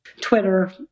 twitter